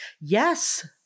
Yes